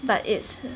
but it's